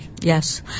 yes